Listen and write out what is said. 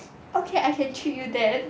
okay I can treat you that